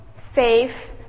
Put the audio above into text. safe